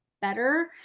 better